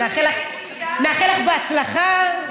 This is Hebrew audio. בבקשה, יש לך שלוש דקות.